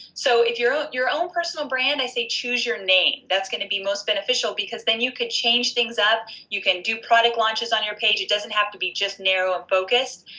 so if your ah your own personal brand i say, choose your name that's gonna be most beneficial because that you could change things up you can do product launches on your page you doesnt have to be just nero on focus,